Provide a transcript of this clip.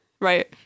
right